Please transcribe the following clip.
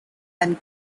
and